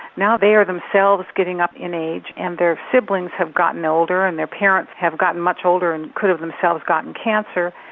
now they are themselves getting up in age and their siblings have gotten older and their parents have gotten much older and could have gotten cancer